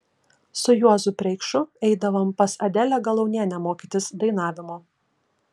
su juozu preikšu eidavom pas adelę galaunienę mokytis dainavimo